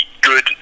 good